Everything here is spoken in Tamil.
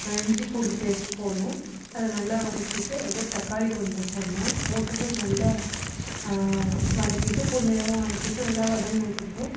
இஞ்சி பூண்டு பேஸ்ட் போடணும் அதை நல்லா வணக்கிட்டு அடுத்து தக்காளி கொஞ்சம் போடணும் போட்டுகிட்டு நல்லா வணக்கிட்டு பொன்னிறமாக வணக்கிட்டு நல்லா வதங்குனதுக்கப்றம்